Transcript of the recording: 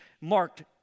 marked